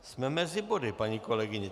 Jsme mezi body, paní kolegyně.